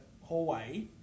hallway